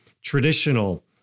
traditional